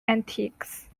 antiques